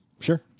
Sure